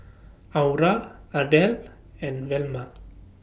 Aura Ardelle and Velma